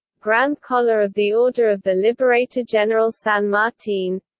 grand collar of the order of the liberator general san martin